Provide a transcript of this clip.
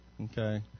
Okay